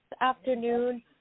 afternoon